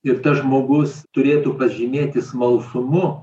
ir tas žmogus turėtų pasižymėti smalsumu